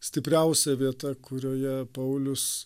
stipriausia vieta kurioje paulius